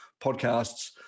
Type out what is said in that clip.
podcasts